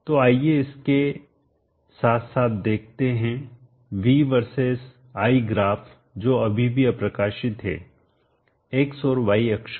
तो आइए इसके साथ साथ देखते हैं V वर्सेस I ग्राफ जो अभी भी अप्रकाशित है x और y अक्ष पर